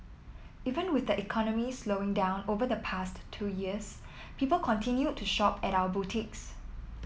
even with the economy slowing down over the past two years people continued to shop at our boutiques